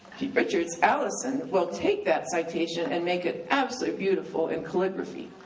pete richards, allison, will take that citation and make it absolutely beautiful, in calligraphy,